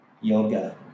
Yoga